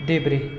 देब्रे